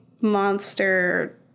monster